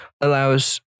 allows